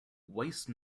waste